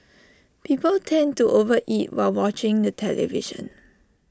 people tend to over eat while watching the television